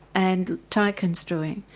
and time-construing.